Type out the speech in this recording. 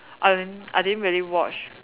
um I didn't really watch